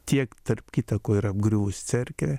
tiek tarp kita ko ir apgriuvus cerkvė